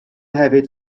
hefyd